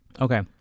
Okay